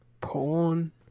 porn